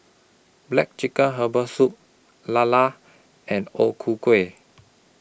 Black Chicken Herbal Soup Lala and O Ku Kueh